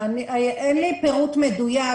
אין לי פירוט מדויק,